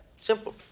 Simple